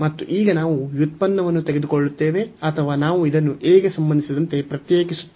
ಮತ್ತು ಈಗ ನಾವು ವ್ಯುತ್ಪನ್ನವನ್ನು ತೆಗೆದುಕೊಳ್ಳುತ್ತೇವೆ ಅಥವಾ ನಾವು ಇದನ್ನು a ಗೆ ಸಂಬಂಧಿಸಿದಂತೆ ಪ್ರತ್ಯೇಕಿಸುತ್ತೇವೆ